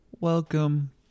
Welcome